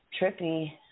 trippy